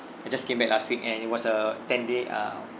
I just came back last week and it was a ten day uh